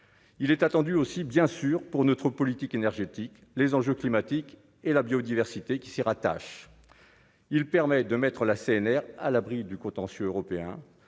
il est attendu aussi bien sûr pour notre politique énergétique, les enjeux climatiques et la biodiversité qui s'y rattachent. Il permet de mettre la CNR à l'abri du contentieux européen,